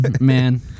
man